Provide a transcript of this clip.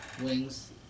wings